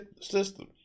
system